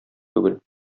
түгел